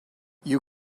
you